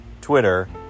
Twitter